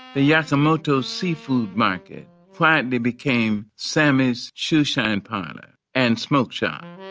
the yamamoto seafood market quietly became sammy's shoeshine parlor and smoke shop.